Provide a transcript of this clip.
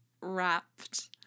wrapped